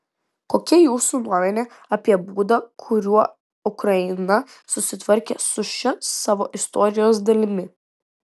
kokia jūsų nuomonė apie būdą kuriuo ukraina susitvarkė su šia savo istorijos dalimi